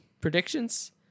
predictions